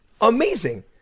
amazing